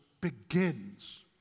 begins